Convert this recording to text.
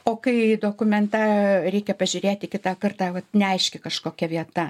o kai dokumentą reikia pažiūrėti kitą kartą vat neaiški kažkokia vieta